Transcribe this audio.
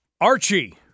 Archie